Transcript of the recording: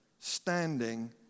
standing